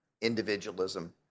individualism